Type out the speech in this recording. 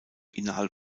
innerhalb